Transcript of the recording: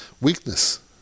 weakness